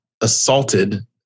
assaulted